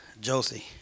Josie